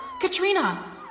Katrina